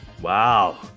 Wow